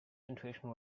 intuition